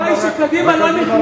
התשובה היא שקדימה לא נכנעה,